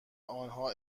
آنها